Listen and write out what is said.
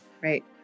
Right